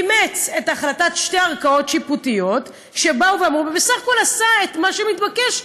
אימץ את החלטת שתי הערכאות השיפוטיות ובסך הכול עשה את מה שמתבקש,